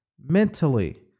mentally